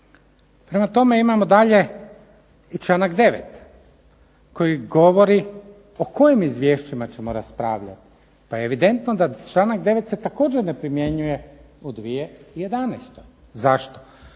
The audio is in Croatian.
Prema tome, imamo dalje i članak 9. koji govori o kojim izvješćima ćemo raspravljati pa je evidentno da članak 9. se također ne primjenjuje u 2011. Zašto?